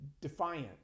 defiant